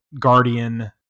Guardian